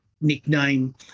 nickname